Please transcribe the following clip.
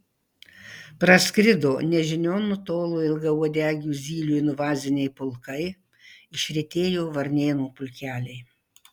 praskrido nežinion nutolo ilgauodegių zylių invaziniai pulkai išretėjo varnėnų pulkeliai